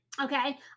okay